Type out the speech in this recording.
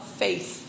faith